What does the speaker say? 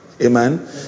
Amen